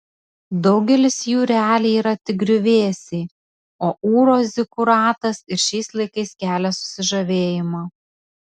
daugelis jų realiai yra tik griuvėsiai o ūro zikuratas ir šiais laikais kelia susižavėjimą